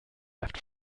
left